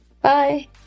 bye